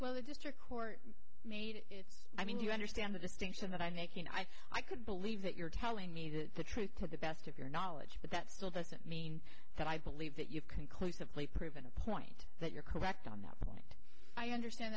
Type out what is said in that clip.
well the district court made i mean do you understand the distinction that i'm making i couldn't believe that you're telling me the truth to the best of your knowledge but that doesn't mean that i believe that you've conclusively proven a point that you're correct on that i understand